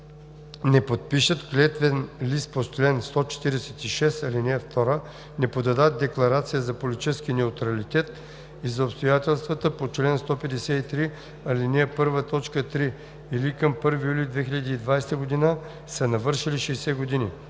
не подписват клетвен лист по чл. 146, ал. 2, не подадат декларации за политически неутралитет и за обстоятелствата по чл. 153, ал. 1 и 3 или към 1 юли 2020 г. са навършили 60 години.